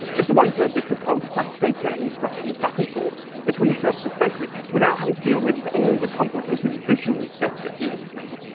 it's a way for bits of code to pass data and instructions back and forth between services safely without having to deal with all the complicated visual stuff that humans need.